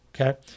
Okay